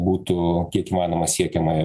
būtų kiek įmanoma siekiama